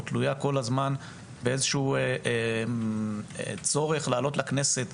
תלויה כל הזמן באיזשהו צורך לעלות לכנסת,